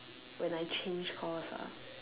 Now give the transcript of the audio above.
when I change course ah